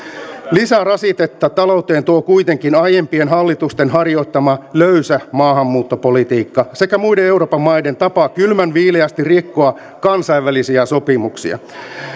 lisärasitetta talouteen tuo kuitenkin aiempien hallitusten harjoittama löysä maahanmuuttopolitiikka sekä muiden euroopan maiden tapa kylmänviileästi rikkoa kansainvälisiä sopimuksia